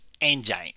engine